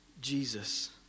Jesus